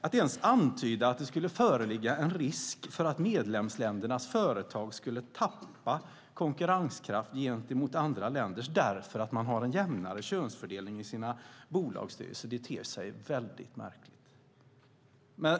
Att ens antyda att det skulle föreligga en risk för att medlemsländernas företag skulle tappa konkurrenskraft gentemot andra länders därför att man har en jämnare könsfördelning i sina bolagsstyrelser ter sig väldigt märkligt.